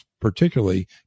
particularly